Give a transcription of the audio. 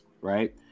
right